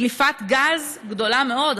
דליפת גז גדולה מאוד,